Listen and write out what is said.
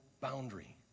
boundary